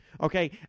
Okay